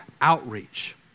outreach